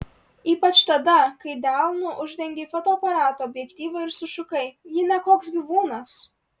ypač tada kai delnu uždengei fotoaparato objektyvą ir sušukai ji ne koks gyvūnas